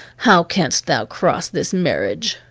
how canst thou cross this marriage?